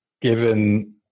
given